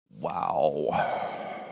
Wow